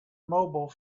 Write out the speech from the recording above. mobile